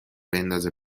بندازه